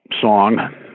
song